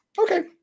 Okay